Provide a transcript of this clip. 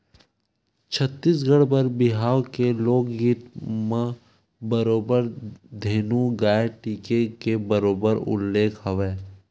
छत्तीसगढ़ी बर बिहाव के लोकगीत म बरोबर धेनु गाय टीके के बरोबर उल्लेख हवय